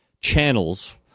channels